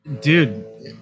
Dude